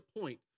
point